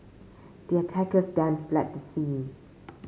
the attackers then fled the scene